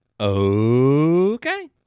Okay